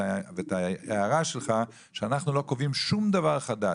ואת ההערה שלך שאנחנו לא קובעים שום דבר חדש,